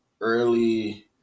early